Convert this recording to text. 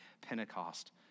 Pentecost